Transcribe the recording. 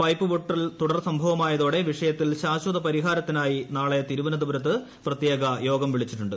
pipe പൊട്ടൽ തുടർ സംഭവമായതോടെ വിഷയത്തിൽ ശാശ്വത പരിഹാരത്തിനായി നാളെ തിരുവനന്തപുരത്ത് പ്രത്യേകയോഗം വിളിച്ചിട്ടുണ്ട്